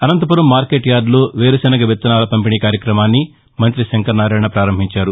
Anantapuram market యార్దులో వేరుశనగ విత్తనాల పంపిణీ కార్యక్రమాన్ని మంత్రి శంకర్నారాయణ ప్రారంభించారు